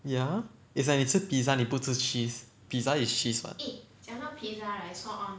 ya it's like 你吃 pizza 你不吃 cheese pizza is cheese [what]